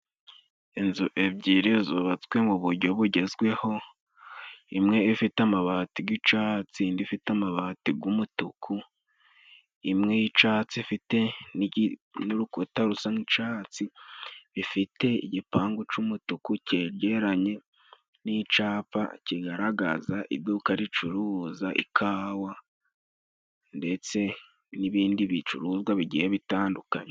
Inzu ebyiri zubatswe mu bujyo bugezweho, imwe ifite amabati g'icatsi indi ifite amabati g'umutuku imwe y'icatsi ifite n'urukuta rusa nk'icatsi, ifite igipangu cy'umutuku cyegereranye n'icapa kigaragaza iduka ricuruza ikawa ndetse n'ibindi bicuruzwa bigiye bitandukanye.